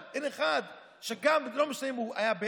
מה שחשוב לכם זה לפגוע,